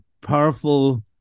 powerful